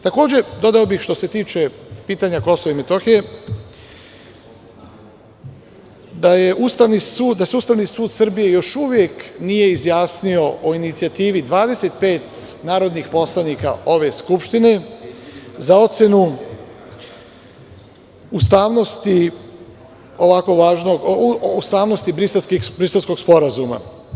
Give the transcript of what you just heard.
Takođe, dodao bih što se tiče pitanja Kosova i Metohije da se Ustavni sud Srbije još uvek nije izjasnio o inicijativi 25 narodnih poslanika ove Skupštine za ocenu ustavnosti Briselskog sporazuma.